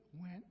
went